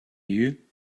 you